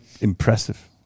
impressive